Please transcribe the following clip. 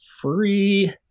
free